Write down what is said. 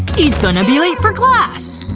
he's gonna be late for class!